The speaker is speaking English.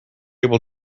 able